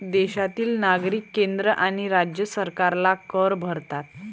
देशातील नागरिक केंद्र आणि राज्य सरकारला कर भरतात